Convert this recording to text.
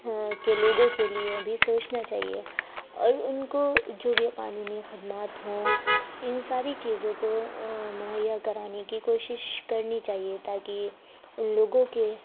کے لوگوں کے لیے بھی سوچنا چاہیے اور ان کو جو بھی قانونی خدمات ہوں ان ساری چیزوں کو مہیا کرانے کی کوشش کرنی چاہیے تاکہ ان لوگوں کے